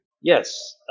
Yes